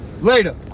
Later